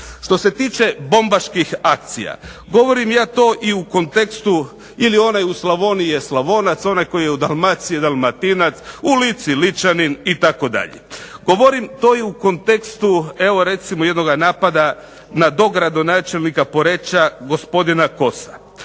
Što se tiče bombaških akcija. Govorim ja to i u kontekstu ili onaj u Slavoniji je Slavonac, ona koji je u Dalmaciji je Dalmatinac, u Lici Ličanin itd. Govorim to i u kontekstu evo recimo jednoga napada na dogradonačelnika Poreča gospodina Kosa.